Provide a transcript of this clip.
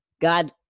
God